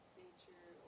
nature